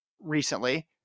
recently